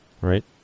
right